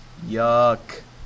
Yuck